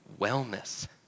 wellness